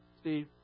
Steve